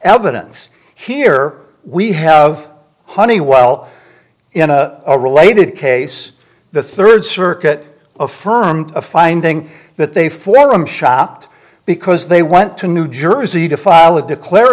evidence here we have honeywell in a related case the third circuit affirmed a finding that they flew him shopped because they went to new jersey to file a declar